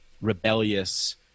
rebellious